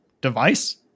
device